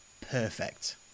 Perfect